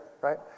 right